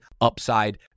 upside